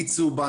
מי צהובה,